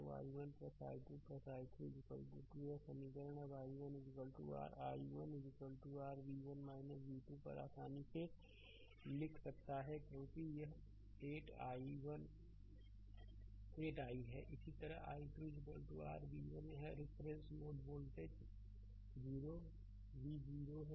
तो i1 i 2 i3 2 यह समीकरण अब i1 r i1 r v1 v2 पर आसानी से लिख सकता है क्योंकि यह 8 i है इसी तरह i 2 r v1 यह रिफरेंस नोड वोल्टेज 0 v 0 है